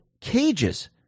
cages